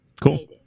Cool